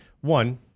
one